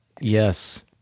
Yes